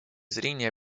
зрения